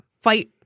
fight